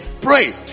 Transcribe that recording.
Pray